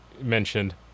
mentioned